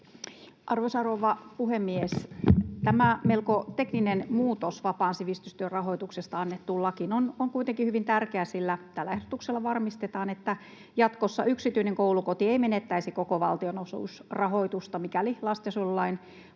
Arvoisa rouva puhemies! Tämä melko tekninen muutos vapaan sivistystyön rahoituksesta annettuun lakiin on kuitenkin hyvin tärkeä, sillä tällä ehdotuksella varmistetaan, että jatkossa yksityinen koulukoti ei menettäisi koko valtionosuusrahoitusta, mikäli lastensuojelulain